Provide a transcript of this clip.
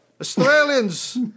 Australians